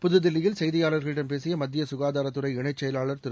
புதுதில்லியில் செய்தியாளர்களிடம் பேசிய மத்திய சுகாதாரத்துறை இணைச் செயலாளர் திரு